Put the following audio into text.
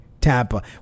Tampa